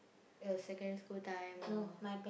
your secondary school time or